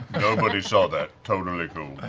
nobody saw that. totally cool.